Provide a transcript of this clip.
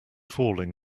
falling